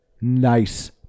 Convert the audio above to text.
nice